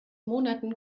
monaten